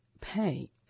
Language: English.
pay